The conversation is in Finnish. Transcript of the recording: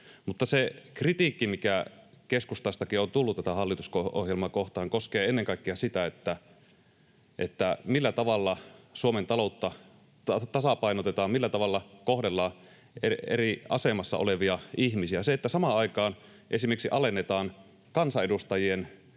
Se kritiikki, mitä keskustastakin on tullut tätä hallitusohjelmaa kohtaan, koskee ennen kaikkea sitä, millä tavalla Suomen taloutta tasapainotetaan, millä tavalla kohdellaan eri asemassa olevia ihmisiä. Se, että samaan aikaan esimerkiksi alennetaan kansanedustajien